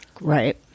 right